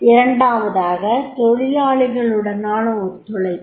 இரண்டாவதாக தொழிலாளிகளுடனான ஒத்துழைப்பு